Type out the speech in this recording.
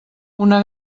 una